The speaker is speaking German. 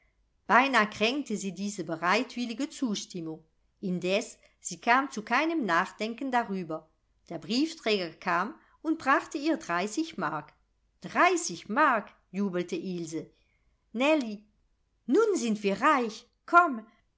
beinah kränkte sie diese bereitwillige zustimmung indes sie kam zu keinem nachdenken darüber der briefträger kam und brachte ihr dreißig mark dreißig mark jubelte ilse nellie nun sind wir reich komm